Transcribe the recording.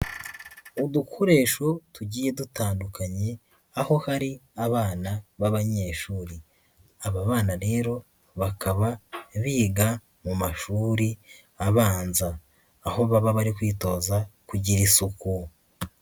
Udukoresho tugiye dutandukanye, aho hari abana b'abanyeshuri, aba bana rero bakaba biga mu mashuri abanza, aho baba bari kwitoza kugira isuku.